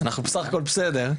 אנחנו בסך הכל בסדר.